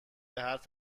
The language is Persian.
حرف